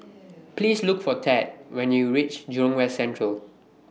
Please Look For Tad when YOU REACH Jurong West Central